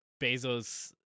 Bezos